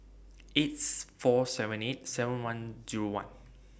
eights four seven eight seven one Zero one